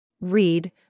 Read